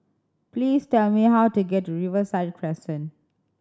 please tell me how to get to Riverside Crescent